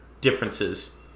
differences